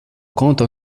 comte